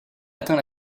atteint